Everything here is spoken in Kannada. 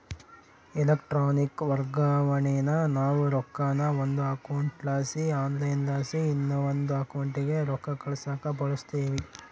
ಎಲೆಕ್ಟ್ರಾನಿಕ್ ವರ್ಗಾವಣೇನಾ ನಾವು ರೊಕ್ಕಾನ ಒಂದು ಅಕೌಂಟ್ಲಾಸಿ ಆನ್ಲೈನ್ಲಾಸಿ ಇನವಂದ್ ಅಕೌಂಟಿಗೆ ರೊಕ್ಕ ಕಳ್ಸಾಕ ಬಳುಸ್ತೀವಿ